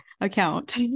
account